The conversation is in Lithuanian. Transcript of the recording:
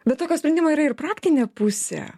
bet tokio sprendimo ir praktinė pusė